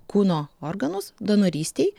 kūno organus donorystei